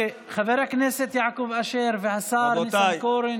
חבר הכנסת יעקב אשר והשר ניסנקורן.